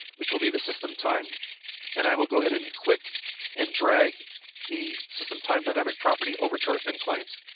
which will be the system time and i will go ahead and click and drag the system time dynamic property over to our thin client.